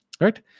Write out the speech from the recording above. right